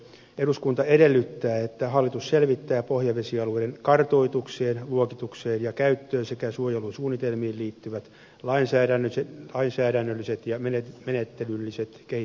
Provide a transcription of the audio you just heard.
eduskunta edellyttää että hallitus selvittää pohjavesialueiden kartoitukseen luokitukseen ja käyttöön sekä suojelusuunnitelmiin liittyvät lainsäädännölliset ja menettelylliset kehittämistarpeet